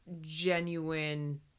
genuine